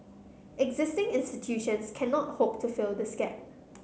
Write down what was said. existing institutions cannot hope to fill this gap